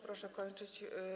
Proszę kończyć.